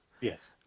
Yes